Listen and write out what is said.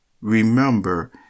remember